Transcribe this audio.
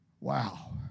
Wow